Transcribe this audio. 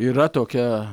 yra tokia